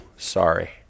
Sorry